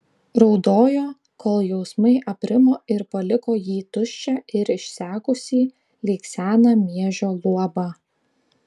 raudojo kol jausmai aprimo ir paliko jį tuščią ir išsekusį lyg seną miežio luobą